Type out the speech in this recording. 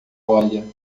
olha